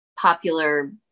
popular